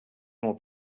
molt